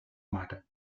mar